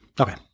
Okay